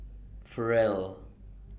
Farrell